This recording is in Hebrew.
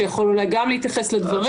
שיכול אולי גם להתייחס לדברים.